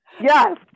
yes